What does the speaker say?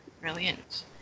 Brilliant